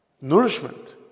Nourishment